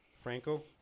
Franco